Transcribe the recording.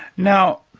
now,